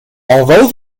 although